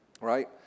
right